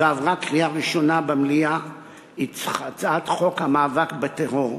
ועברה בקריאה ראשונה במליאה היא הצעת חוק המאבק בטרור,